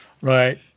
Right